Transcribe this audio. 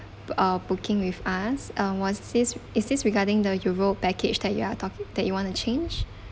a booking with us uh was this is this regarding the europe package that you are talk that you wanna change